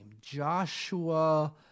Joshua –